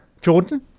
Jordan